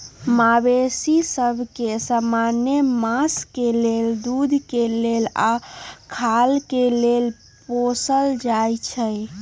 मवेशि सभ के समान्य मास के लेल, दूध के लेल आऽ खाल के लेल पोसल जाइ छइ